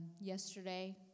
Yesterday